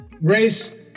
race